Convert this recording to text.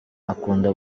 akunda